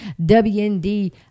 WND